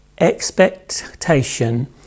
expectation